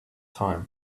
time